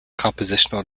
compositional